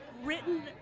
written